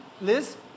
Liz